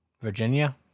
Virginia